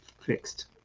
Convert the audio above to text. fixed